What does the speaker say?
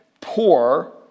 poor